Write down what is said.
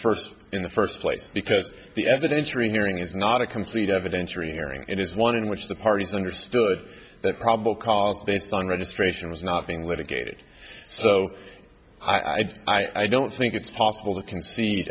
first in the first place because the evidence rehearing is not a complete evidentiary hearing it is one in which the parties understood that probable cause based on registration was not being litigated so i don't think it's possible to concede